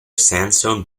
sandstone